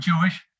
Jewish